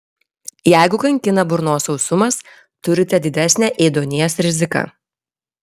jeigu kankina burnos sausumas turite didesnę ėduonies riziką